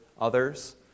others